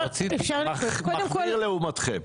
מחמיר לעומתכם.